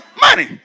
money